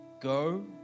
Go